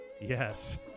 Yes